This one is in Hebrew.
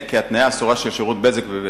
התניה אסורה של שירות בזק בשירות בזק.